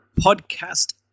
podcast